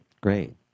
Great